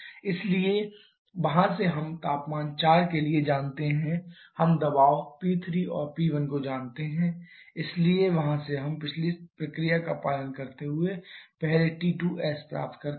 इसलिए वहां से हम तापमान 4 के लिए जानते हैं हम दबाव P3 और P1 को जानते हैं इसलिए वहां से हम पिछली प्रक्रिया का पालन करते हुए पहले T5s प्राप्त करते हैं